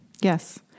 Yes